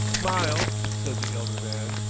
mile, said the elder man.